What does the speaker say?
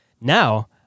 now